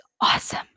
awesome